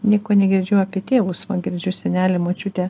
nieko negirdžiu apie tėvus va girdžiu senelį močiutę